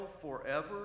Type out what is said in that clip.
forever